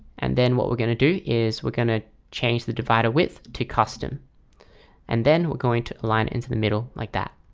and then what we're going to do is we're going to change the divider width to custom and then we're going to align it into the middle like that.